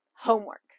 homework